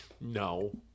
No